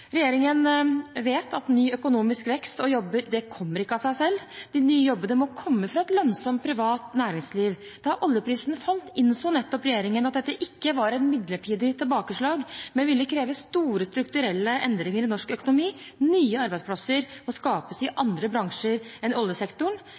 Regjeringen vet at ny økonomisk vekst og nye jobber ikke kommer av seg selv. De nye jobbene må komme fra et lønnsomt privat næringsliv. Da oljeprisen falt, innså regjeringen at dette ikke var et midlertidig tilbakeslag, men ville kreve store, strukturelle endringer i norsk økonomi. Nye arbeidsplasser må skapes i